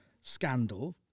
scandal